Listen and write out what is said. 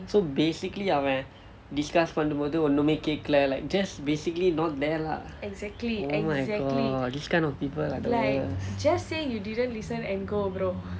so basically அவன்:avan discuss பண்ணும் போது ஒண்ணுமே கேட்கிலே:pannum pothu onnume kaetkilae like just basically not there lah oh my god this kind of people are the worst